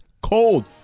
cold